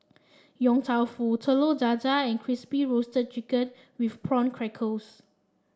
Yong Tau Foo Telur Dadah and Crispy Roasted Chicken with Prawn Crackers